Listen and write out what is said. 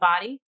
body